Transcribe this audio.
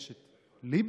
יש את ליברמן,